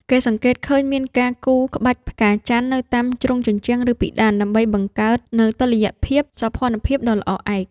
គេសង្កេតឃើញមានការគូរ ក្បាច់ផ្កាចន្ទ នៅតាមជ្រុងជញ្ជាំង ឬពិដាន ដើម្បីបង្កើតនូវតុល្យភាពសោភ័ណភាពដ៏ល្អឯក។